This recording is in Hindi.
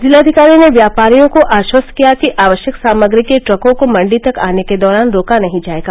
जिलाधिकारी ने व्यापारियों को आश्वस्त किया कि आवश्यक सामग्री के ट्रकों को मंडी तक आने के दौरान रोका नहीं जाएगा